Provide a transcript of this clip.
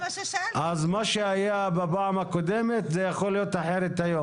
אז מה שהיה בפעם הקודמת יכול להיות אחרת היום.